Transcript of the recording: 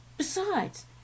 Besides